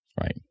Right